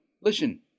Listen